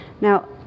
Now